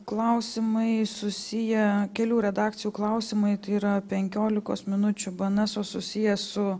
klausimai susiję kelių redakcijų klausimai tai yra penkiolikos minučių bnso susiję su